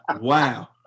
wow